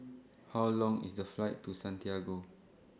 How Long IS The Flight to Santiago